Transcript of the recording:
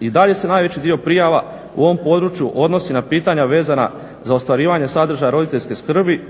I dalje se najveći dio prijava u ovom području odnosi na pitanja vezana za ostvarivanje sadržaja roditeljske skrbi,